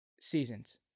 seasons